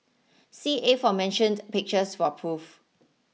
see aforementioned pictures for proof